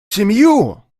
семью